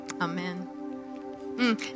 amen